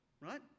right